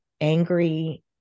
angry